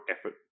effort